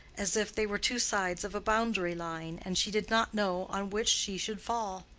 as if they were two sides of a boundary-line, and she did not know on which she should fall.